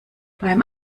beim